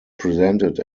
presented